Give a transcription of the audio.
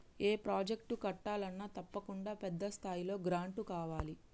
ఏ project కట్టాలన్నా తప్పకుండా పెద్ద స్థాయిలో గ్రాంటు కావాలి